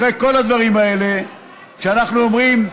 אחרי כל הדברים האלה, כשאנחנו אומרים: